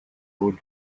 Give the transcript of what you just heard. роль